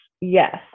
yes